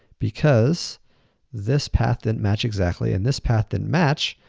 because this path didn't match exactly and this path didn't match,